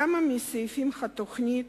כמה מסעיפי התוכנית